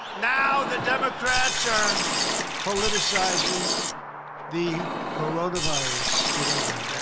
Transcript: now the democrats are politicizing the coronavirus. you know that,